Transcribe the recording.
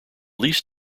least